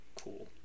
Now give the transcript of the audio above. cool